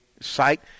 site